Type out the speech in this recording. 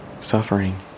suffering